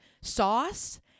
sauce